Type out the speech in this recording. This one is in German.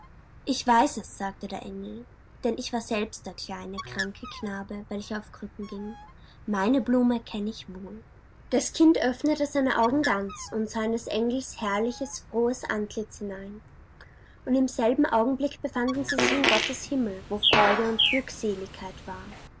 ich weiß es sagte der engel denn ich war selbst der kleine kranke knabe welcher auf krücken ging meine blume kenne ich wohl das kind öffnete seine augen ganz und sah in des engels herrliches frohes antlitz hinein und im selben augenblick befanden sie sich in gottes himmel wo freude und glückseligkeit war